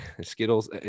Skittles